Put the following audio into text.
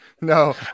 No